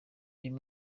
uyu